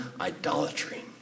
idolatry